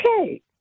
okay